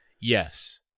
yes